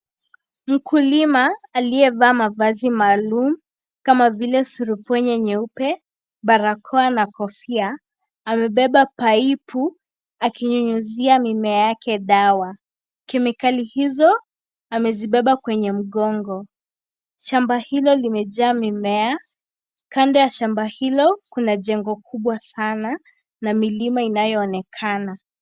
Mkulima aliye vaa mavazi maalum kama vile surupwenye nyeupe barakoa na kofia amebeba paipu akinyunyizia mimea yake dawa kemikali hizo amezibeba kwenye mgongo shamba hilo limejaa mimea kando ya shamba hilo kuna jengo kubwa sana na milima inayoonekana.